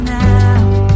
now